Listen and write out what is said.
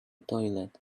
toilet